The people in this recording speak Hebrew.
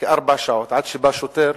כארבע שעות, עד שבא שוטר,